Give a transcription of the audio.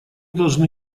должны